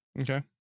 Okay